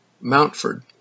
Mountford